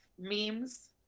memes